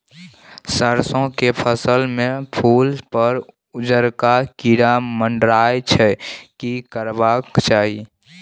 सरसो के फसल में फूल पर उजरका कीरा मंडराय छै की करबाक चाही?